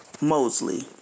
Mosley